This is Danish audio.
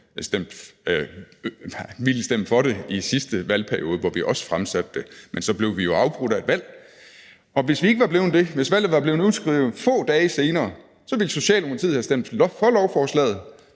ville stemme for det i sidste valgperiode, hvor vi også fremsatte det. Men så blev vi jo afbrudt af et valg, og hvis vi ikke var blevet det, hvis valget var blevet udskrevet få dage senere, så ville Socialdemokratiet have stemt for lovforslaget,